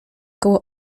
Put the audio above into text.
koło